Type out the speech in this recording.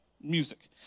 music